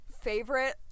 favorite